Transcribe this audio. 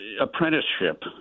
apprenticeship